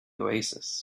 oasis